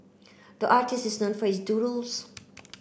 the artist is for its doodles